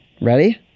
ready